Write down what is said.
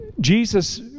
Jesus